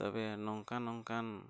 ᱛᱚᱵᱮ ᱱᱚᱝᱠᱟᱱᱼᱱᱚᱝᱠᱟᱱ